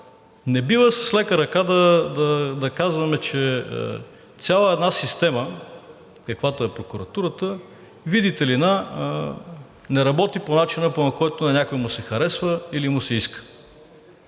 Не бива с лека ръка да казваме, че цяла една система, каквато е прокуратурата, видите ли, не работи по начина, по който на някой му се харесва или му се иска.